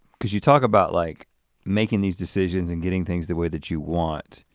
cause you talk about like making these decisions and getting things the way that you want.